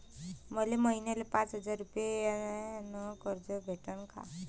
मले महिन्याले पाच हजार रुपयानं कर्ज भेटन का?